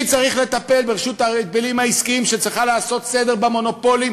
מי צריך לטפל ברשות ההגבלים העסקיים שצריכה לעשות סדר במונופולים,